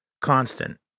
Constant